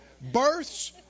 Births